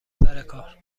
سرکار